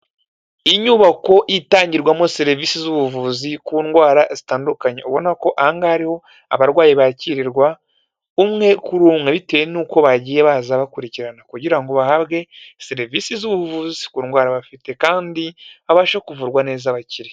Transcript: Inyubako itangirwamo serivisi z'ubuvuzi ku ndwara zitandukanye, ubona ko ahangaha ari aho abarwayi bakirirwa umwe kuri umwe, bitewe nuko bagiye baza bakurikirana, kugira ngo bahabwe serivisi z'ubuvuzi ku ndwara bafite, kandi babashe kuvurwa neza bakire.